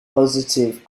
positive